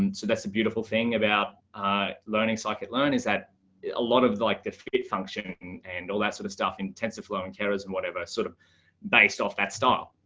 and so that's the beautiful thing about learning socket learn is that a lot of like the fit function and all that sort of stuff in tensorflow and terrorism, whatever, sort of based off that style,